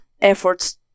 efforts